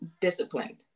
disciplined